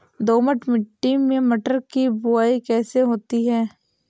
दोमट मिट्टी में मटर की बुवाई कैसे होती है?